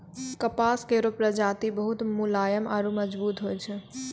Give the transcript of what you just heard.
कपास केरो प्रजाति बहुत मुलायम आरु मजबूत होय छै